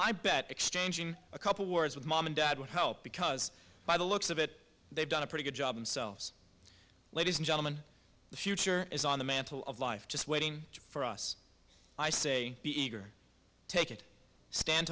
i bet exchanging a couple words with mom and dad would help because by the looks of it they've done a pretty good job themselves ladies and gentlemen the future is on the mantle of life just waiting for us i say be eager take it stand